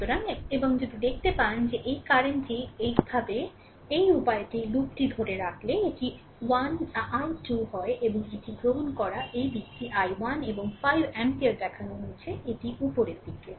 সুতরাং এবং যদি দেখতে পান যে এই কারেন্ট টি এইভাবে এই উপায়টি লুপটি ধরে রাখলে এটি i2 হয় এবং এটি গ্রহণ করা এই দিকটি i1 এবং 5 এম্পিয়ার দেখানো হয়েছে এটি উপরের দিকে